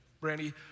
Brandy